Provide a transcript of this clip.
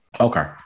Okay